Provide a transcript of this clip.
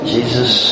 Jesus